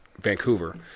Vancouver